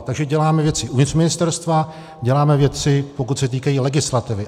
Takže děláme věci uvnitř ministerstva, děláme věci, pokud se týkají legislativy.